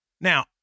Now